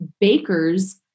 bakers